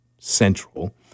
central